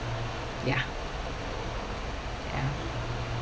ya ya